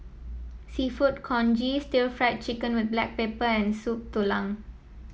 seafood congee stir Fry Chicken with Black Pepper and Soup Tulang